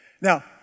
Now